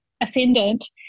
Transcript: ascendant